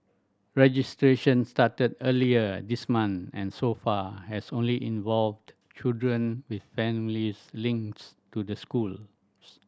registration started earlier this month and so far has only involved children with families links to the schools